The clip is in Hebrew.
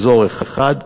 אזור 1,